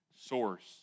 source